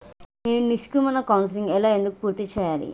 నేను నిష్క్రమణ కౌన్సెలింగ్ ఎలా ఎందుకు పూర్తి చేయాలి?